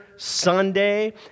Sunday